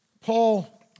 Paul